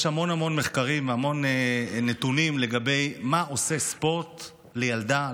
יש המון המון מחקרים והמון נתונים לגבי מה עושה ספורט לילדה,